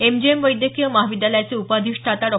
MGM वैद्यकीय महाविद्यालयाचे उप अधिष्ठाता डॉ